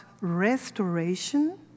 restoration